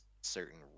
certain